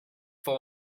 full